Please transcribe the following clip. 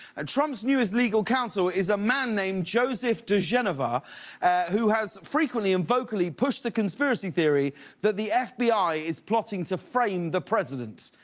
ah trump's newest legal counsel is a man named joseph digenova who has frequently and vocally pushed the conspiracy theory that the f b i. is plotting to frame the president.